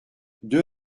deux